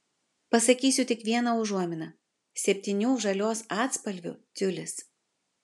pasakysiu tik vieną užuominą septynių žalios atspalvių tiulis